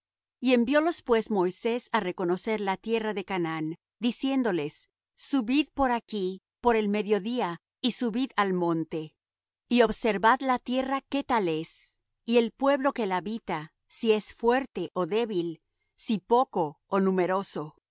de josué enviólos pues moisés á reconocer la tierra de canaán diciéndoles subid por aquí por el mediodía y subid al monte y observad la tierra qué tal es y el pueblo que la habita si es fuerte ó débil si poco ó numeroso